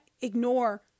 ignore